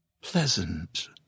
pleasant